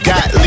Got